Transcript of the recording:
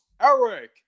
Eric